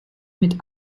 mit